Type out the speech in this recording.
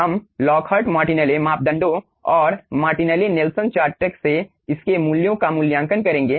हम Lockhart Martinelli मापदंडों और मार्टिनेली नेल्सन चार्ट से इसके मूल्यों का मूल्यांकन करेंगे